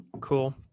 Cool